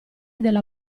della